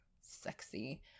sexy